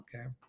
okay